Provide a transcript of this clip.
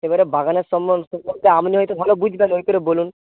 এবারে বাগানের সম্বন্ধে তা আপনিই তো ভালো বুঝবেন ওই করে বলুন